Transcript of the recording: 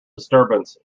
disturbance